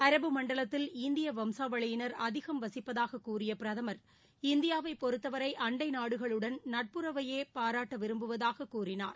அரபு மண்டலத்தில் இந்தியா வம்சாவளியினர் அதிகம் வசிப்பதாக கூறிய பிரதமர் இந்தியாவை பொறுத்தவரை அண்டை நாடுகளுடன் நட்புணர்வை பாராட்ட விரும்புவதாகவே கூறினார்